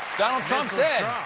donald trump said,